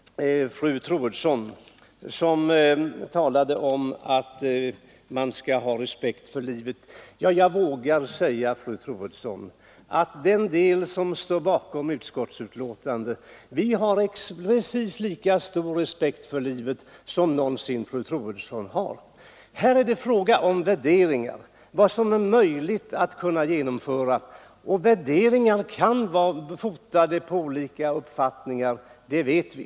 Fru Troedsson talade om att man skall ha respekt för livet. Jag vågar säga, fru Troedsson, att den del av utskottet som står bakom utskottsmajoritetens betänkande har precis lika stor respekt för livet som någonsin fru Troedsson har. Här är det fråga om värderingar när det gäller vad som är möjligt att genomföra. Värderingar kan vara fotade på olika uppfattningar, det vet vi.